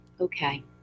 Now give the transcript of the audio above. okay